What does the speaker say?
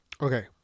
Okay